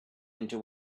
into